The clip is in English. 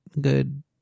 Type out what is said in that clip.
good